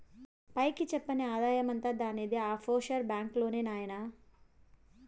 పైకి చెప్పని ఆదాయమంతా దానిది ఈ ఆఫ్షోర్ బాంక్ లోనే నాయినా